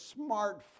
smartphone